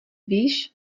víš